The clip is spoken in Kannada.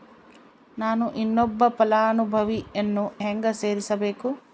ನಾನು ಇನ್ನೊಬ್ಬ ಫಲಾನುಭವಿಯನ್ನು ಹೆಂಗ ಸೇರಿಸಬೇಕು?